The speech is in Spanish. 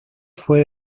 fue